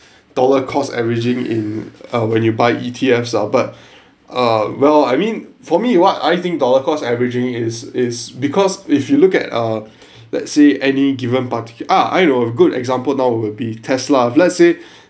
dollar-cost averaging in uh when you buy E_T_Fs ah but uh well I mean for me what I think dollar-cost averaging it's it's because if you look at uh let's say any given party ah I know a good example now will be tesla if let's say